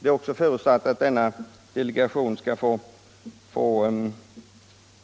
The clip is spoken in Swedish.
Det är också förutsatt att denna delegation skall kunna få en